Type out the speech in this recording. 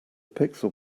pixel